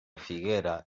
figuera